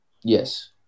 yes